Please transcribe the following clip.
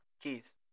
Keys